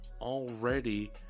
already